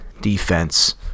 defense